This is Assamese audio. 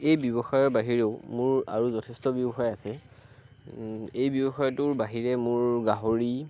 এই ব্যৱসায়ৰ বাহিৰেও মোৰ আৰু যথেষ্ট ব্যৱসায় আছে এই ব্যৱসায়টোৰ বাহিৰে মোৰ গাহৰি